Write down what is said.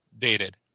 dated